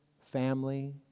family